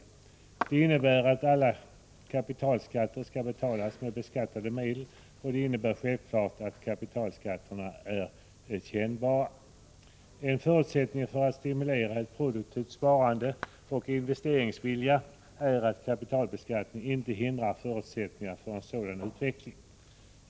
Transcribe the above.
Detta innebär att alla kapitalskatter skall betalas med beskattade medel, och det innebär självfallet att kapitalskatterna är kännbara. En förutsättning för att stimulera ett produktivt sparande och investeringsvilja är att kapitalbeskattningen inte hindrar förutsättningarna för en sådan utveckling.